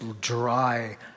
dry